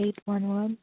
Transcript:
eight one one